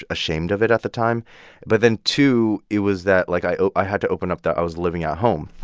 ashamed of it at the time but then, two, it was that, like, i i had to open up that i was living at home.